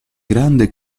grande